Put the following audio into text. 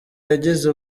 yagize